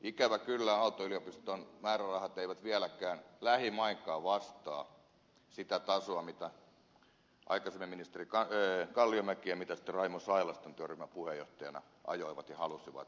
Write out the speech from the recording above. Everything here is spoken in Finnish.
ikävä kyllä aalto yliopiston määrärahat eivät vieläkään lähimainkaan vastaa sitä tasoa mitä aikaisemmin ministeri kalliomäki ja mitä sitten raimo sailas tämän työryhmän puheenjohtajana ajoivat ja halusivat